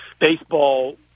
baseball